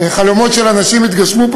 חלומות של אנשים יתגשמו.